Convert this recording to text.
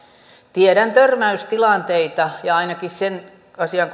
tiedän törmäystilanteita ja ainakin sen asian